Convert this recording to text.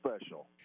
special